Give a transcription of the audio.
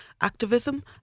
activism